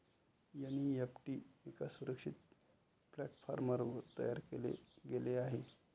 NEFT एका सुरक्षित प्लॅटफॉर्मवर तयार केले गेले आहे